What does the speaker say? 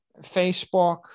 Facebook